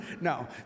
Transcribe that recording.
No